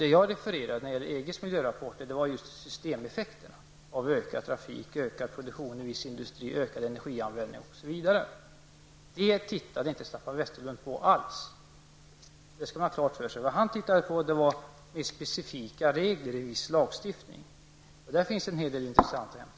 Det jag refererade till när det gäller EGs miljörapporter var just systemeffekterna av ökad trafik, ökad produktion inom viss industri, ökad energianvändning, osv. Detta är något som Staffan Westerlund inte alls tittade på, det skall man ha klart för sig. Vad han tittade på var mer specifika regler i viss lagstiftning, och där finns en hel del intressant att hämta.